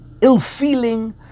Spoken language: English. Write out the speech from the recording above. ill-feeling